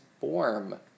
form